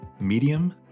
medium